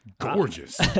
Gorgeous